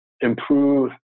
improve